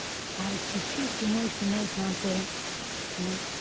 ᱟᱨ ᱠᱤᱪᱷᱩ ᱥᱚᱢᱚᱭ ᱥᱚᱢᱚᱭ ᱥᱟᱶ ᱥᱟᱶᱛᱮ ᱦᱮᱸ